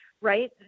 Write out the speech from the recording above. right